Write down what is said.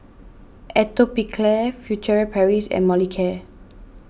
Atopiclair Furtere Paris and Molicare